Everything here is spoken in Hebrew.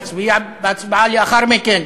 נצביע בהצבעה לאחר מכן.